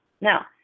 Now